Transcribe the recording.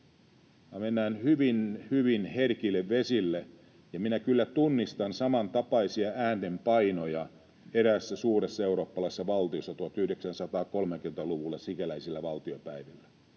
Mennään hyvin hyvin herkille vesille, ja minä kyllä tunnistan samantapaisia äänenpainoja eräässä suuressa eurooppalaisessa valtiossa 1930-luvulla sikäläisillä valtiopäivillä.